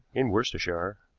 in worcestershire.